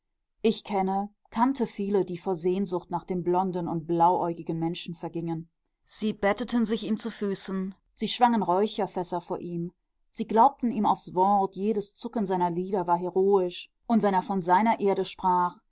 ich kenne kannte viele die vor sehnsucht nach dem blonden und blauäugigen menschen vergingen sie betteten sich ihm zu füßen sie schwangen räucherfässer vor ihm sie glaubten ihm aufs wort jedes zucken seiner lider war heroisch und wenn er von seiner erde sprach